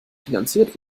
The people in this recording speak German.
finanziert